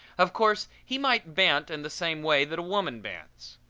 of course he might bant in the same way that woman bants.